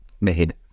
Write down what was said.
made